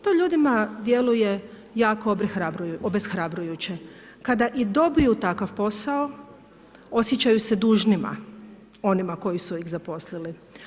To ljudima djeluje jako obeshrabljujuće, kada i dobiju takav posao, osjećaju se dužnima onima koji su ih zaposlili.